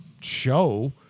show